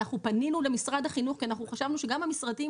אנחנו פנינו למשרד החינוך כי חשבנו שגם המשרדים